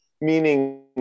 Meaning